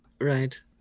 Right